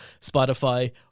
Spotify